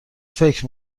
فکر